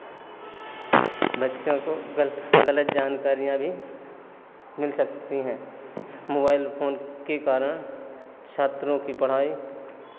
बच्चों को गल गलत जानकारियाँ भी मिल सकती हैं मोबाइल फ़ोन के कारण छात्रों की पढ़ाई